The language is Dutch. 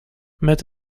met